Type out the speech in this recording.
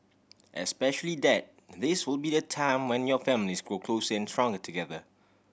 especially that this will be a time when your families grow closer and stronger together